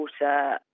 water